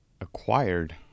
acquired